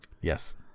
Yes